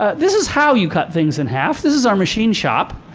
ah this is how you cut things in half. this is our machine shop.